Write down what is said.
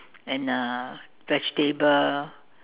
and uh vegetable